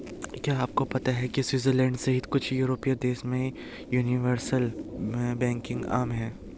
क्या आपको पता है स्विट्जरलैंड सहित कुछ यूरोपीय देशों में यूनिवर्सल बैंकिंग आम है?